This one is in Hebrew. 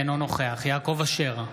אינו נוכח יעקב אשר,